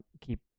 keep